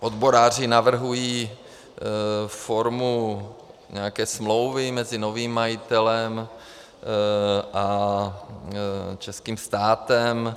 Odboráři navrhují formu nějaké smlouvy mezi novým majitelem a českým státem.